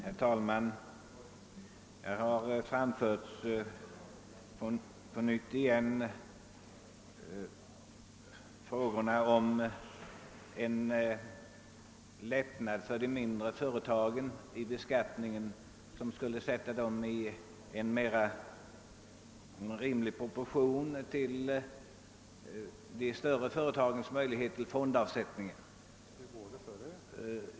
Herr talman! Man framför nu på nytt argument för förslaget om en lättnad i beskattningen för de mindre företagen, vilket skulle ge dessa förmåner som vore något så när likvärdiga med de större företagens möjligheter till fondavsättningar.